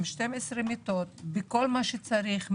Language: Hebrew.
12 מיטות בכל מה שצריך,